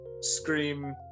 scream